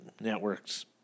networks